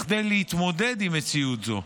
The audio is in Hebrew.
כדי להתמודד עם מציאות זו.